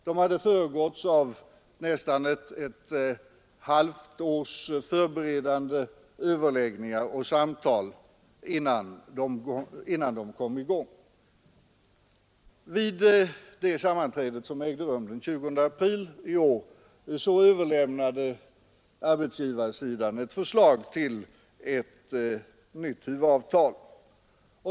De hade föregåtts av nästan ett halvt års förberedande överläggningar och samtal, innan de kom i gång. Vid sammanträdet i april överlämnade arbetsgivar sidan ett förslag till nytt huvudavtal.